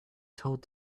told